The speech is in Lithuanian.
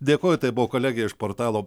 dėkoju tai buvo kolegė iš portalo